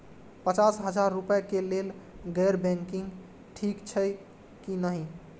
पचास हजार रुपए के लेल गैर बैंकिंग ठिक छै कि नहिं?